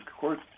court